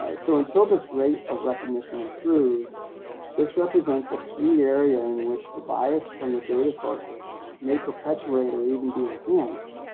ah so until this rate of recognition improves this represents a key area in which the bias from the data sources may perpetuate or even be enhanced